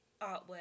artwork